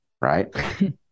Right